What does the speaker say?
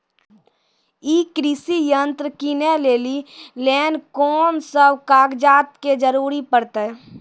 ई कृषि यंत्र किनै लेली लेल कून सब कागजात के जरूरी परतै?